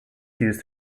used